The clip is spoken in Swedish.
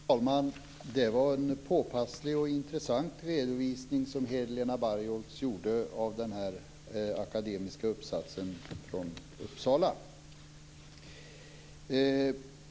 Fru talman! Det var en påpasslig och intressant redovisning som Helena Bargholtz gjorde av den akademiska uppsatsen från Uppsala.